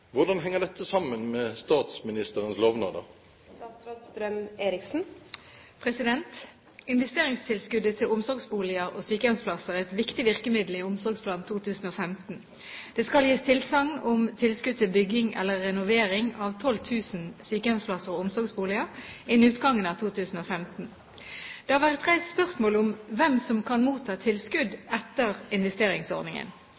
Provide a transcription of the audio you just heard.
Hvordan henger dette sammen med statsministerens lovnader?» Investeringstilskuddet til omsorgsboliger og sykehjemsplasser er et viktig virkemiddel i Omsorgsplan 2015. Det skal gis tilsagn om tilskudd til bygging eller renovering av 12 000 sykehjemsplasser og omsorgsboliger innen utgangen av 2015. Det har vært reist spørsmål om hvem som kan motta